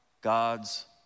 God's